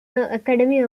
academy